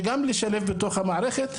וגם לשלב בתוך המערכת.